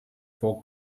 full